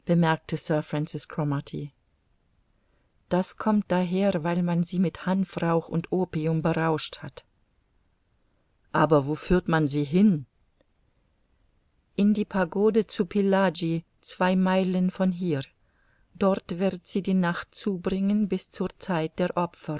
das kommt daher weil man sie mit hanfrauch und opium berauscht hat aber wo führt man sie hin in die pagode zu